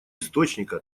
источника